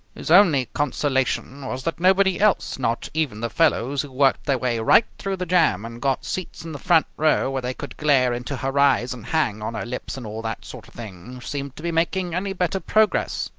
his only consolation was that nobody else, not even the fellows who worked their way right through the jam and got seats in the front row where they could glare into her eyes and hang on her lips and all that sort of thing, seemed to be making any better progress.